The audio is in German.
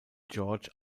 george